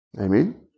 Amen